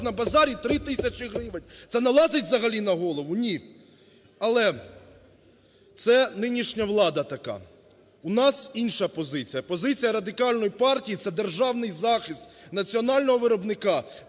на базарі, 3 тисяч гривень, це налазить взагалі на голову? Ні. Але це нинішня влада така. У нас інша позиція. Позиція Радикальної партії – це державний захист національного виробника,